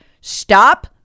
Stop